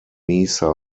mesa